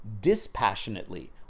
dispassionately